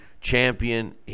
champion